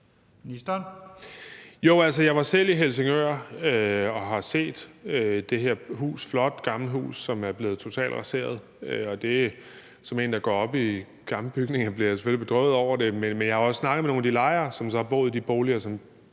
Jeg var i Helsingør og har set det her hus – et flot, gammelt hus, som er blevet totalt raseret. Som en, der går op i gamle bygninger, bliver jeg selvfølgelig bedrøvet over det, men jeg har også snakket med nogle af de lejere, som har boet i de boliger,